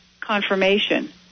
confirmation